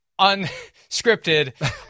unscripted